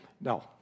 no